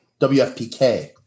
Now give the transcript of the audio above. WFPK